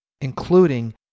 including